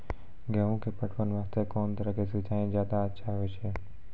गेहूँ के पटवन वास्ते कोंन तरह के सिंचाई ज्यादा अच्छा होय छै?